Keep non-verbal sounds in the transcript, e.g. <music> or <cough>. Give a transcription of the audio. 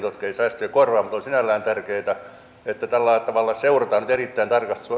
<unintelligible> jotka eivät säästöjä korvaa mutta ovat sinällään tärkeitä tällä tavalla seurataan säästöjä nyt erittäin